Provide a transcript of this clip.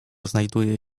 znajduje